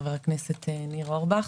חבר הכנסת ניר אורבך.